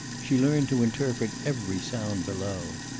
she learned to interpret every sound below.